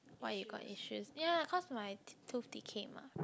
why you got issues yeah cause my tooth decayed mah